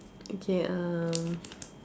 okay um